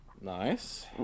nice